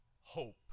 hope